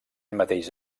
mateix